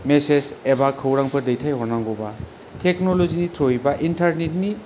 message एबा खौरांफोर दैथाय हरनांगौबा टेक्न'ल'जिनि थ्रुयै बा इन्टारनेटनि